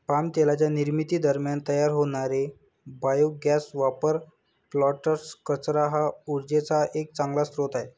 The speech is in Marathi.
पाम तेलाच्या निर्मिती दरम्यान तयार होणारे बायोगॅस पॉवर प्लांट्स, कचरा हा उर्जेचा एक चांगला स्रोत आहे